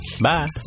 Bye